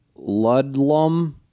ludlum